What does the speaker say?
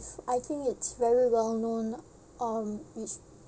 I think it's very well-known um which